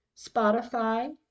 Spotify